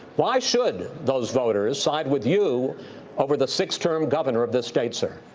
why should those voters side with you over the six term governor of the state, sir?